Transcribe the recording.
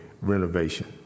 renovation